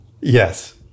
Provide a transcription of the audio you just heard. Yes